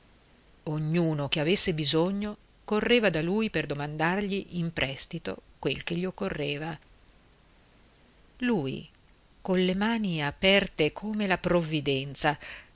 ognuno che avesse bisogno correva da lui per domandargli in prestito quel che gli occorreva lui colle mani aperte come la provvidenza